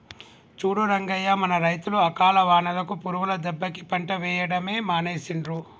చూడు రంగయ్య మన రైతులు అకాల వానలకు పురుగుల దెబ్బకి పంట వేయడమే మానేసిండ్రు